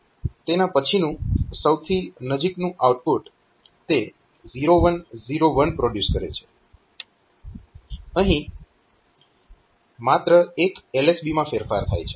તેના પછીનું સૌથી નજીકનું આઉટપુટ તે 0 1 0 1 પ્રોડ્યુસ કરે છે અહીં માત્ર એક LSB માં ફેરફાર થાય છે